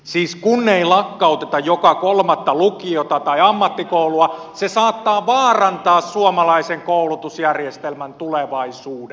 siis kun ei lakkauteta joka kolmatta lukiota tai ammattikoulua se saattaa vaarantaa suomalaisen koulutusjärjestelmän tulevaisuuden